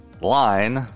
line